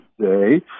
today